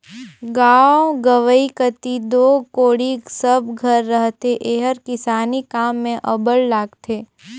गाँव गंवई कती दो कोड़ी सब घर रहथे एहर किसानी काम मे अब्बड़ लागथे